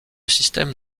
système